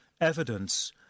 evidence